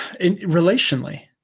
relationally